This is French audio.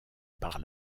par